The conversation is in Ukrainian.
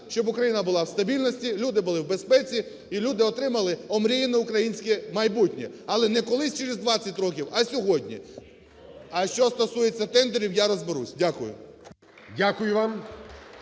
щоб Україна була в стабільності, люди були в безпеці, і люди отримали омріяне українське майбутнє. Але не колись через 20 років, а сьогодні. А що стосується тендерів, я розберуся. Дякую.